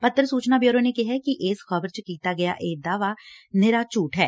ਪੱਤਰ ਸੂਚਨਾ ਬਿਊਰੋ ਨੇ ਕਿਹੈ ਕਿ ਇਸ ਖਬਰ 'ਚ ਕੀਤਾ ਗਿਆ ਇਹ ਦਾਅਵਾ ਨਿਰਾ ਝੂਠ ਏ